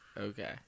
Okay